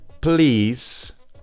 Please